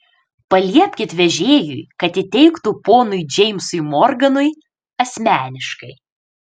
paliepkit vežėjui kad įteiktų ponui džeimsui morganui asmeniškai